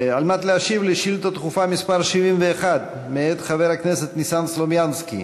להשיב על שאילתה דחופה מס' 71 מאת חבר הכנסת ניסן סלומינסקי.